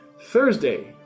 Thursday